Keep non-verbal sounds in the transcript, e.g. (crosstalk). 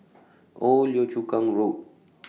Old Yio Chu Kang Road (noise)